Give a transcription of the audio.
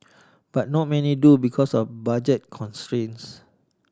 but not many do because of budget constraints